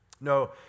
No